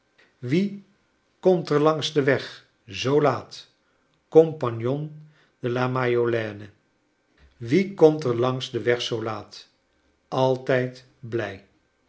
jwie komt er langs den iweg zoo laatl compagnon de la majolaine wie komt er langs den weg zoo laat altijd